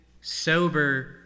sober